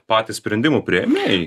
patys sprendimų priėmėjai